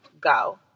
go